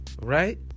Right